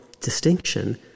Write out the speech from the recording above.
distinction